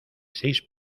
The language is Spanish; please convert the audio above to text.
seis